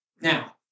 Now